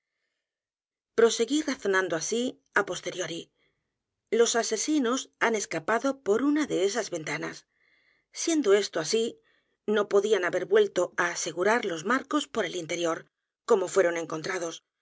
í razonando así a posteriori los asesinos han escapado p o r una de esas ventanas siendo esto así no podían haber vuelto á a s e g u r a r los marcos por el interior como fueron encontrados